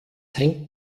hängt